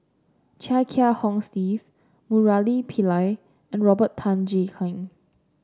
Chia Kiah Hong Steve Murali Pillai and Robert Tan Jee Keng